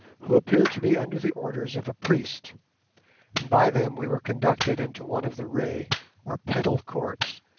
who appeared to be under the orders of a priest and by them we were conducted into one of the ray or petal courts,